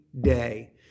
day